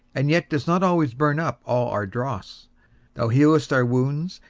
and yet dost not always burn up all our dross thou healest our wounds,